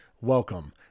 Welcome